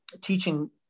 teaching